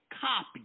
copy